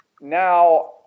now